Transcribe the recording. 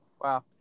Wow